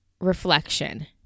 reflection